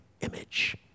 image